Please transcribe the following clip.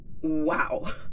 Wow